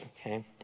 okay